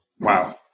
Wow